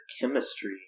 chemistry